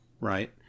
right